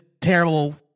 terrible